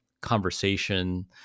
conversation